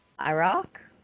Iraq